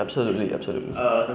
absoulutely absoulutely